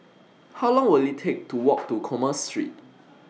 How Long Will IT Take to Walk to Commerce Street